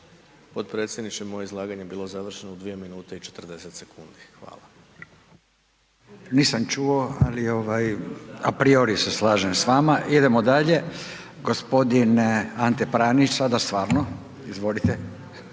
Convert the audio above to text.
podpredsjedniče moje izlaganja bilo završeno u dvije minute i četrdeset sekundi. Hvala. **Radin, Furio (Nezavisni)** Nisam čuo, ali ovaj apriori se slažem s vama. Idemo dalje, gospodin Ante Pranić sada stvarno. Izvolite.